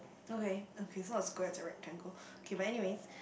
okay okay so it's not a square it's a rectangle okay but anyways